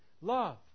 love